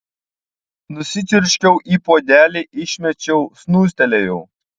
nusičiurškiau į puodelį išmečiau snūstelėjau